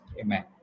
Amen